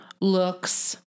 looks